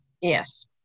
Yes